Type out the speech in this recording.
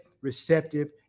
receptive